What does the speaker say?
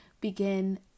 begin